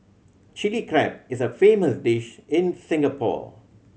Chilli Crab is a famous dish in Singapore